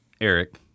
Eric